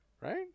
right